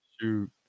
Shoot